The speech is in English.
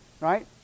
right